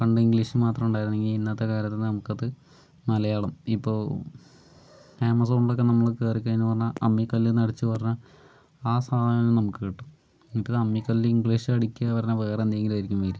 പണ്ട് ഇംഗ്ലീഷിൽ മാത്രമേ ഉണ്ടായിരുന്നുള്ളെങ്കിൽ ഇന്നത്തെ കാലത്ത് നമുക്കത് മലയാളം ഇപ്പോൾ ആമസോണിലൊക്കെ നമ്മള് കേറിക്കഴിഞ്ഞ് പറഞ്ഞാൽ അമ്മിക്കല്ല്ന്ന് അടിച്ച് പറഞ്ഞ ആ സാധനം നമുക്ക് കിട്ടും എന്നിട്ടത് അമ്മിക്കല്ല് ഇംഗ്ലീഷിൽ അടിക്കുക പറഞ്ഞാൽ വേറെ എന്തെങ്കിലുമായിരിക്കും വരിക